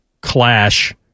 clash